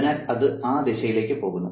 അതിനാൽ അത് ആ ദിശയിലേക്ക് പോകുന്നു